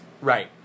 Right